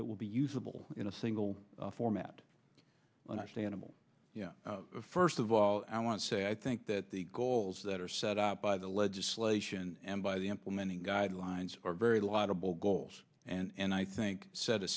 that will be usable in a single format understandable first of all i want to say i think that the goals that are set up by the legislation and by the implementing guidelines are very laudable goals and i think set a